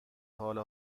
حال